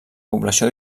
població